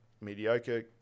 mediocre –